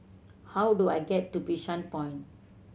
how do I get to Bishan Point